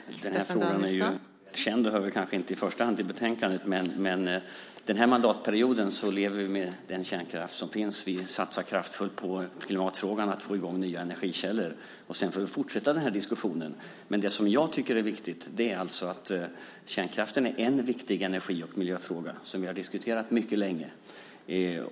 Fru talman! Denna fråga är ju känd och hör kanske inte i första hand till betänkandet, men denna mandatperiod lever vi med den kärnkraft som finns. Vi satsar kraftfullt på klimatfrågan och på att få i gång nya energikällor, och sedan får vi fortsätta denna diskussion. Det som jag tycker är viktigt är att kärnkraften är en viktig energi och miljöfråga som vi har diskuterat mycket länge.